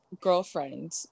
girlfriend